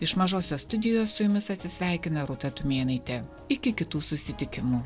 iš mažosios studijos su jumis atsisveikina rūta tumėnaitė iki kitų susitikimų